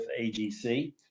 AGC